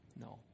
No